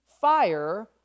fire